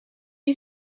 you